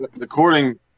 according